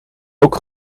ook